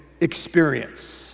Experience